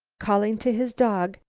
calling to his dog,